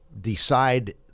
decide